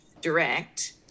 direct